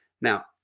Now